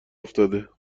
افتاده